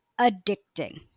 addicting